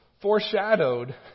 foreshadowed